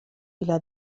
إلى